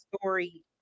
story